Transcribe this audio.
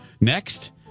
Next